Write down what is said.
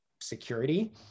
security